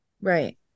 Right